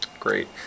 Great